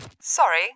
Sorry